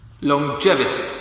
Longevity